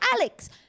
Alex